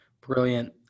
Brilliant